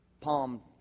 palm